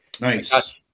Nice